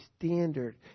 standard